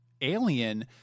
alien